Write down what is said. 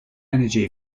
energy